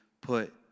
put